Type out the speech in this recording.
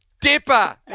Dipper